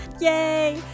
Yay